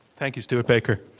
thank you, stewart baker.